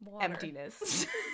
emptiness